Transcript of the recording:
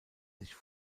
sich